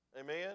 Amen